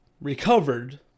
recovered